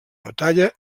batalla